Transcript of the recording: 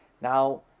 now